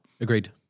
Agreed